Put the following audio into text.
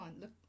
look